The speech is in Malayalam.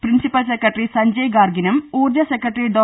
പ്രിൻസിപ്പൽ സെക്രട്ടറി സഞ്ജയ് ഗാർഗിനും ഊർജ സെക്രട്ടറി ഡോ